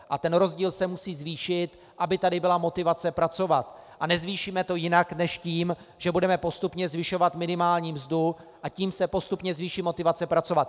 A ten rozdíl se musí zvýšit, aby tady byla motivace pracovat, a nezvýšíme to jinak než tím, že budeme postupně zvyšovat minimální mzdu, a tím se postupně zvýší motivace pracovat.